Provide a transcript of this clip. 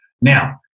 Now